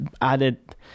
added